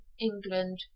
England